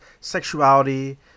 sexuality